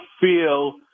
feel